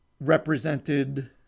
represented